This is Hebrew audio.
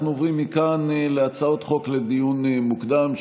אנחנו עוברים מכאן להצעות חוק לדיון מוקדם,